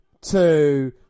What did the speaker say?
Two